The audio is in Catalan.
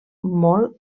molt